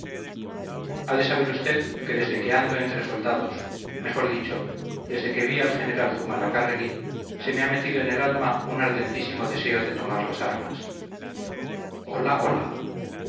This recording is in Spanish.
de saber usted que desde que ando entre soldados mejor dicho desde que vi al general zumalacárregui se me ha metido en el alma un ardentísimo deseo de tomar las armas hola hola